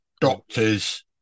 doctors